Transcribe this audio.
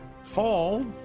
Fall